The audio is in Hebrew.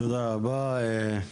תודה רבה, אורלי.